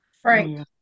Frank